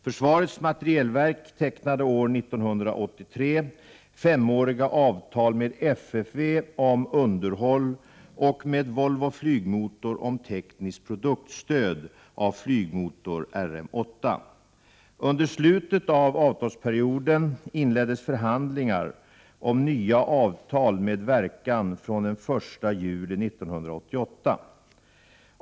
Försvarets materielverk tecknade år 1983 femåriga avtal med FFV om underhåll och med Volvo Flygmotor om tekniskt produktstöd av flygmotor RM 8. Under slutet av avtalsperioden inleddes förhandlingar om nya avtal med verkan från den 1 juli 1988.